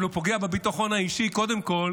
אבל הוא פוגע בביטחון האישי, קודם כול